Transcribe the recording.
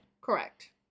Correct